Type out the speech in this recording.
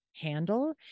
handle